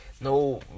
No